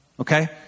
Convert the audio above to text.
Okay